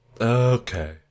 Okay